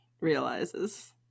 realizes